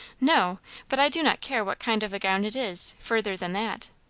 no but i do not care what kind of a gown it is, further than that.